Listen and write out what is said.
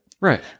Right